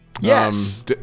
Yes